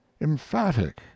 emphatic